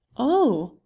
oh,